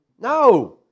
No